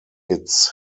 its